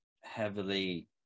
heavily